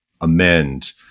amend